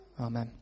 Amen